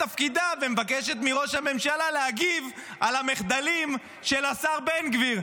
תפקידה ומבקשת מראש הממשלה להגיב על המחדלים של השר בן גביר.